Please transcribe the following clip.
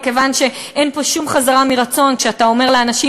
מכיוון שאין פה שום חזרה מרצון כשאתה אומר לאנשים: